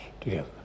together